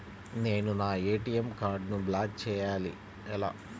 నేను నా ఏ.టీ.ఎం కార్డ్ను బ్లాక్ చేయాలి ఎలా?